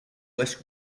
west